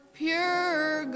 pure